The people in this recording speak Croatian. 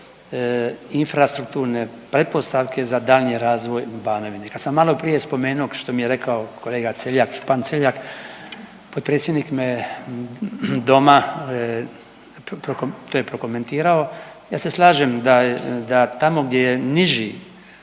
infrastrukturne pretpostavke za daljnji razvoj Banovine. Ja sam maloprije spomenuo, što mi je rekao kolega .../Govornik se ne razumije./... potpredsjednik me doma, .../nerazumljivo/... to je prokomentirao, ja se slažem da tamo gdje je niži